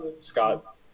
Scott